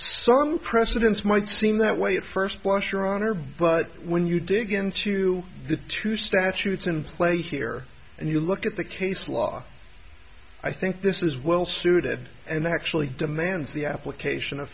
some precedents might seem that way at first blush your honor but when you dig into the two statutes in place here and you look at the case law i think this is well suited and actually demands the application of